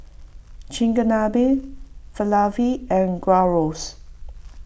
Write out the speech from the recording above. Chigenabe Falafel and Gyros